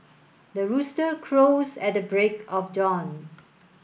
the rooster crows at the break of dawn